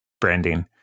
branding